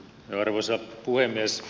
arvoisa puhemies